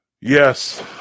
Yes